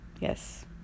yes